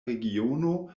regiono